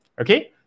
Okay